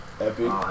Epic